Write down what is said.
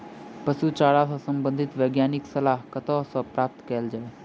पशु चारा सऽ संबंधित वैज्ञानिक सलाह कतह सऽ प्राप्त कैल जाय?